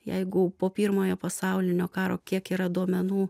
jeigu po pirmojo pasaulinio karo kiek yra duomenų